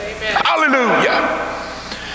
Hallelujah